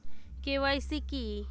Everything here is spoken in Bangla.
কে.ওয়াই.সি কি?